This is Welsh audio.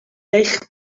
eich